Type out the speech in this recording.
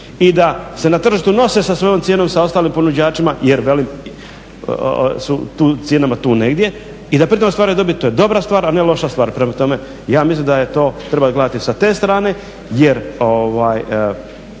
i da se na tržištu nose sa svojom cijenom sa ostalim ponuđačima, jer velim su cijenama tu negdje i da pri tome ostvaruju dobit to je dobra stvar a ne loša stvar. Prema tome, ja mislim da je to, treba gledati i sa te strane. Jer